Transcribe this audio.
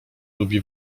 lubi